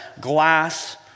glass